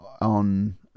on